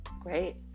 Great